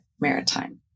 maritime